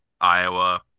Iowa